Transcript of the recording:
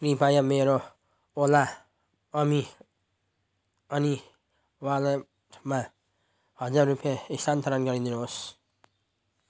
कृपया मेरो ओला अमि अनि वालेटमा हजार रुपियाँ स्थानान्तरण गरिदिनुहोस्